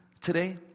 today